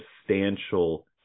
substantial